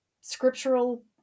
scriptural